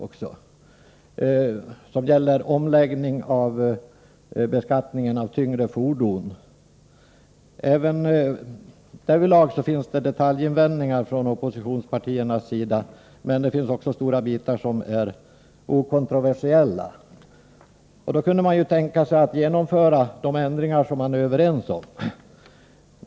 Det gäller vad som sägs om en skatteomläggning beträffande tyngre fordon. Men även därvidlag har vi från oppositionspartiernas sida invändningar mot vissa detaljer. Man kunde väl tänka sig att genomföra de ändringar som vi är överens om.